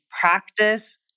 practice